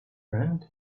friend